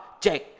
check